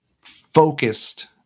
focused